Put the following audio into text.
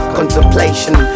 contemplation